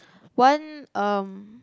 one um